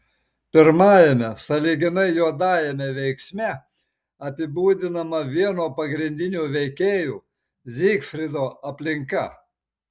pirmajame sąlyginai juodajame veiksme apibūdinama vieno pagrindinių veikėjų zygfrido aplinka